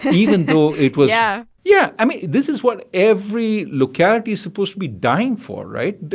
and even though it was. yeah yeah. i mean, this is what every locality is supposed to be dying for right?